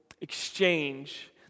exchange